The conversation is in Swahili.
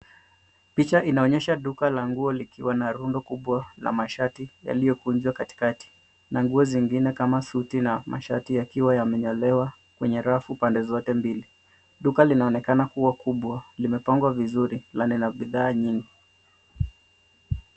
Picha inaonyesha duka la nguo likiwa na rundo kubwa la mashati yaliyokunjwa katikati, na nguo zingine kama suti na mashati yakiwa yamenyalewa kwenye rafu pande zote mbili. Duka linaonekana kuwa kubwa, limepangwa vizuri na lina bidhaa nyingi.